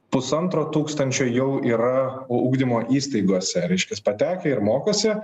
pusantro tūkstančio jau yra ugdymo įstaigose reiškias patekę ir mokosi